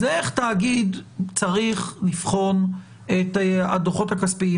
זה איך תאגיד צריך לבחון את הדוחות הכספיים,